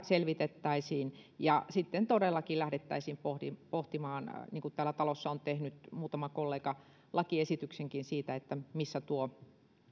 selvitettäisiin ja sitten todellakin lähdettäisiin pohtimaan niin kuin täällä talossa on tehnyt muutama kollega lakiesityksenkin siitä missä tuo